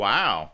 Wow